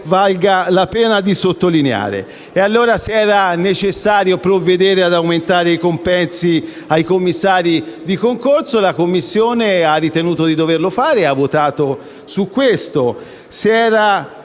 valga la pena di sottolineare. Se era necessario provvedere ad aumentare i compensi dei commissari di concorso, la Commissione ha ritenuto di doverlo fare ed ha votato in tal